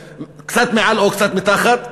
קצת מעל או קצת מתחת.